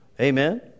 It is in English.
Amen